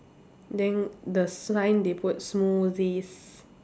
then the sign they put smoothies